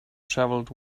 travelled